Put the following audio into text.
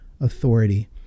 authority